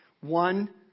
One